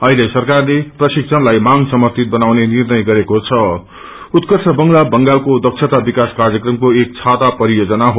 अहिले सरकारले प्रशिक्षणलाई मांग समर्थित बनाउने निर्णय गरेको छं उत्कृष बंगला बंगालको दक्षता विकास कार्यक्रमको एक छाता परियोजना हो